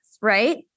right